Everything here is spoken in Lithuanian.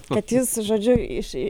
kad jis žodžiu iš